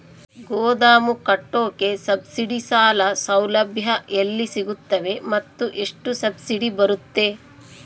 ಗೋದಾಮು ಕಟ್ಟೋಕೆ ಸಬ್ಸಿಡಿ ಸಾಲ ಸೌಲಭ್ಯ ಎಲ್ಲಿ ಸಿಗುತ್ತವೆ ಮತ್ತು ಎಷ್ಟು ಸಬ್ಸಿಡಿ ಬರುತ್ತೆ?